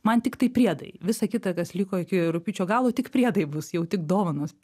man tiktai priedai visa kita kas liko iki rugpjūčio galo tik priedai bus jau tik dovanos